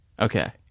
Okay